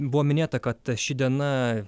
buvo minėta kad ši diena